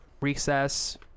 recess